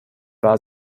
war